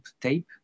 tape